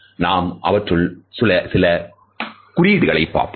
நாம் அவற்றுள் சில குறியீடுகளை பார்ப்போம்